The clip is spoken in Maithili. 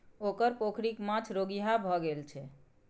ओकर पोखरिक माछ रोगिहा भए गेल छै